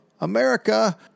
America